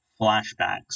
flashbacks